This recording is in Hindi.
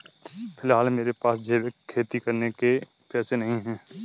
फिलहाल मेरे पास जैविक खेती करने के पैसे नहीं हैं